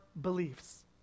beliefs